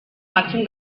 màxim